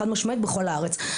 חד משמעית בכל הארץ.